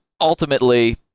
ultimately